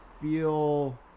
feel